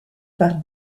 par